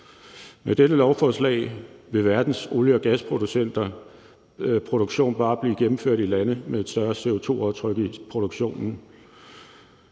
Med dette lovforslag vil verdens olie- og gasproduktion bare blive gennemført i lande med et større CO2-aftryk i produktionen.